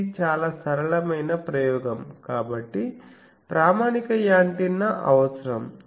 ఇది చాలా సరళమైన ప్రయోగం కాబట్టి ప్రామాణిక యాంటెన్నా అవసరం